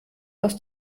aus